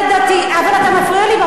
אבל אתה מפריע לי בפעם השנייה,